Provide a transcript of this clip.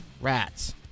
Rats